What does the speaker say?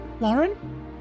Lauren